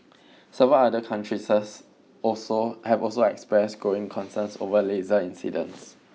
several other countries also have also expressed growing concerns over laser incidents